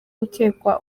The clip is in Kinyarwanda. ukekwa